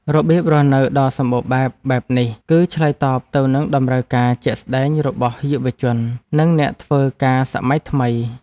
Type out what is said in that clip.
របៀបរស់នៅដ៏សម្បូរបែបបែបនេះ គឺឆ្លើយតបទៅនឹងតម្រូវការជាក់ស្តែងរបស់យុវជននិងអ្នកធ្វើការសម័យថ្មី។